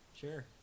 Sure